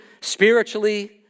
spiritually